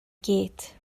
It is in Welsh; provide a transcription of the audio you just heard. gyd